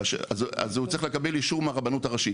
כאשר, אז הוא צריך לקבל אישור מהרבנות הראשית.